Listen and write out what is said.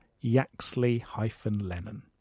Yaxley-Lennon